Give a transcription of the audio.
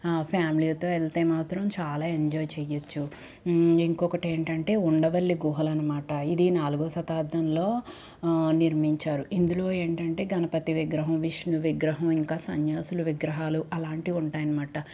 ఫ్యామిలీతో వెళ్తే మాత్రం చాలా ఎంజాయ్ చేయచ్చు ఇంకొకటి ఏంటంటే ఉండవల్లి గుహలు అనమాట ఇది నాలుగో శతాబ్దంలో నిర్మించారు ఇందులో ఏంటంటే గణపతి విగ్రహం విష్ణు విగ్రహం ఇంకా సన్యాసులు విగ్రహాలు అలాంటి ఉంటాయి అనమాట